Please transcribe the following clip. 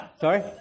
sorry